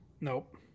Nope